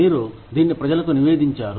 మీరు దీన్ని ప్రజలకు నివేదించారు